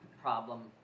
problem